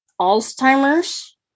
Alzheimer's